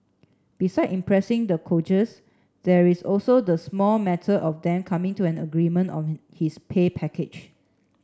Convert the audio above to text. besides impressing the coaches there is also the small matter of them coming to an agreement on his pay package